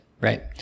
right